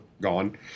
gone